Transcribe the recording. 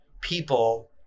people